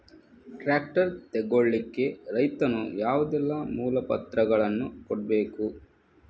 Tractor ತೆಗೊಳ್ಳಿಕೆ ರೈತನು ಯಾವುದೆಲ್ಲ ಮೂಲಪತ್ರಗಳನ್ನು ಕೊಡ್ಬೇಕು?